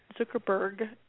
Zuckerberg